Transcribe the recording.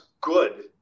good